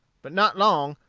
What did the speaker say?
but not long,